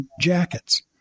jackets